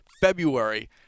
February